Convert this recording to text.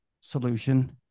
solution